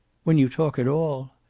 when you talk at all.